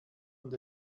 und